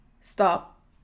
Stop